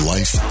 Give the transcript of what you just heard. Life